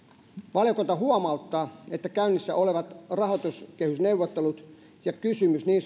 valiokunta huomauttaa että käynnissä olevat rahoituskehysneuvottelut ja kysymys niin